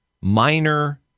minor